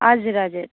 हजुर हजुर